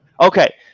Okay